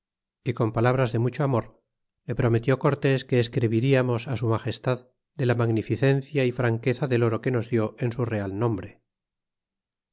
y con palabras de mucho amor le prometió cortés que escribi riamos su magestad de la magnificencia y franqueza del oro que nos dió en su real nombre